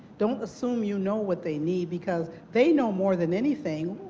don't assume you know what they need because they know more than anything.